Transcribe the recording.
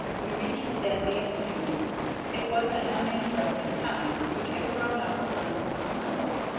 we reached denby at noon it was an uninteresting town which had grown up around some mills.